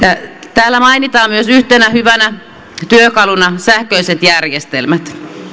täällä mainitaan myös yhtenä hyvänä työkaluna sähköiset järjestelmät